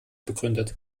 begründet